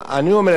אני אומר לך,